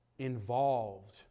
involved